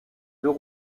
deux